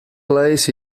plays